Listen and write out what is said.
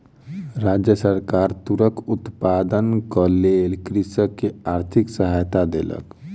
राज्य सरकार तूरक उत्पादनक लेल कृषक के आर्थिक सहायता देलक